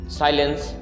silence